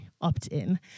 opt-in